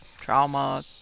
trauma